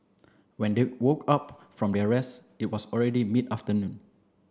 when they woke up from their rest it was already mid afternoon